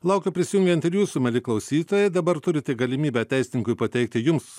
laukiu prisijungiant ir jūsų mieli klausytojai dabar turit galimybę teisininkui pateikti jums